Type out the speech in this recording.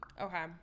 Okay